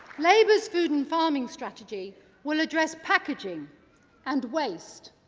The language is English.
labour's food and farming strategy will address packageing and waste.